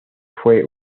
fue